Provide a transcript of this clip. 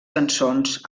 cançons